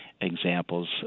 examples